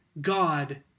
God